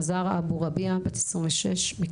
אזהר אבו רביעה מכסייפה,